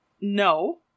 no